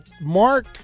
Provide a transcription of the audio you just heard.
Mark